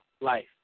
life